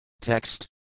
Text